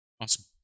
Awesome